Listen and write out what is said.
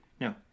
No